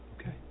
okay